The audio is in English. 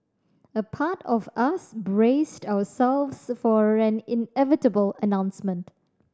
a part of us braced ourselves for an inevitable announcement